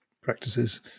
practices